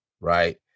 right